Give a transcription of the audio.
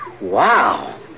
Wow